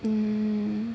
hmm